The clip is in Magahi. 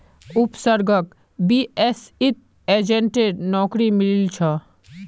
उपसर्गक बीएसईत एजेंटेर नौकरी मिलील छ